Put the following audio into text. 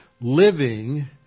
living